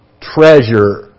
treasure